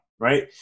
right